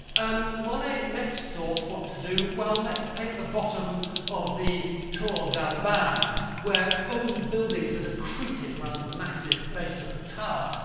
um monet next thought what to do let's paint the bottom of the tour d'albane where old buildings are decreated around the massive base of the tower.